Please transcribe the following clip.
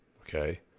Okay